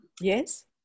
Yes